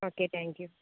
okay thank you